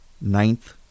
ninth